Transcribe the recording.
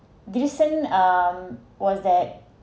decent um what's that